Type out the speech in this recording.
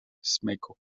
smyku